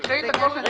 כל ההיבטים של ההפרה.